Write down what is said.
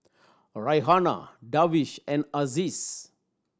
Raihana Darwish and Aziz